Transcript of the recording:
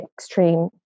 extreme